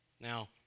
Now